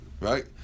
Right